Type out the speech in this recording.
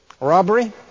robbery